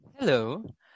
Hello